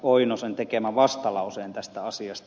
oinosen tekemän vastalauseen tästä asiasta